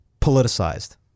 politicized